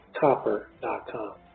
copper.com